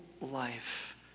life